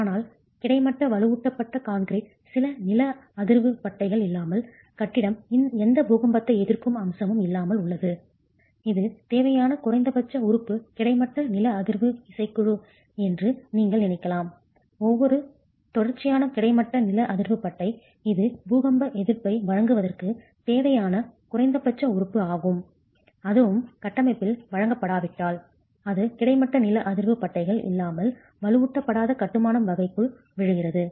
ஆனால் கிடைமட்ட வலுவூட்டப்பட்ட கான்கிரீட் நில அதிர்வு பட்டைகள் இல்லாமல் கட்டிடம் எந்த பூகம்பத்தை எதிர்க்கும் அம்சமும் இல்லாமல் உள்ளது இது தேவையான குறைந்தபட்ச உறுப்பு கிடைமட்ட நில அதிர்வு இசைக்குழு என்று நீங்கள் நினைக்கலாம் ஒரு தொடர்ச்சியான கிடைமட்ட நில அதிர்வு பட்டை இது பூகம்ப எதிர்ப்பை வழங்குவதற்கு தேவையான குறைந்தபட்ச உறுப்பு ஆகும் அதுவும் கட்டமைப்பில் வழங்கப்படாவிட்டால் அது கிடைமட்ட நில அதிர்வு பட்டைகள் இல்லாமல் வலுவூட்டப்படாத கட்டுமானம் வகைக்குள் விழுகிறது